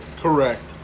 correct